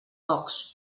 focs